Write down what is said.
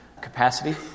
capacity